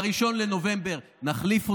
אבל נא לא להפריע, חבר הכנסת קריב.